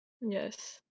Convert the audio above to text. Yes